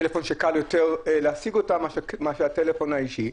טלפון שקל יותר להשיג אותם מאשר בטלפון האישי.